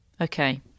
Okay